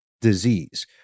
disease